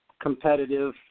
competitive